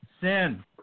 Sin